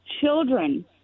children